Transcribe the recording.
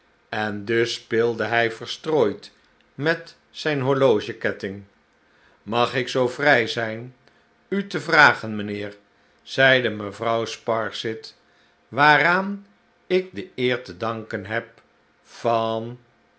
en dus speelde hij verstrooid met zijn horlogeketting mag ik zoo vrij zijn u te vragen mijnheer zeide mevrouw sparsit waaraan ik de eer te danken heb van